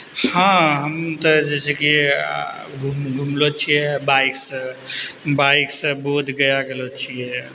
हँ हम तऽ जे छै कि घुमलो छियै बाइकसँ बाइकसँ बोधगया गेलो छियै